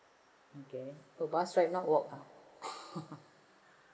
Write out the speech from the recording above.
okay oh bus ride not walk